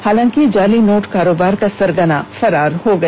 हालाकि जाली नोट कारोबार का सरगना फरार हो गया